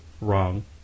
wrong